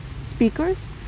speakers